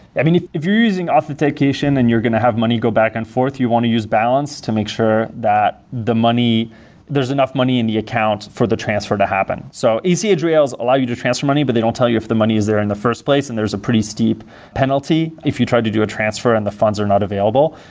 i mean, if if you're using authentication, then and you're going to have money go back and forth. you want to use balance to make sure that the money there's enough money in the account for the transfer that happen. so ach rails allow you to transfer money, but they don't tell you if the money is there in the first place and there's a pretty steep penalty if you try to do a transfer and the funds are not available.